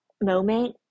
moment